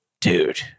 Dude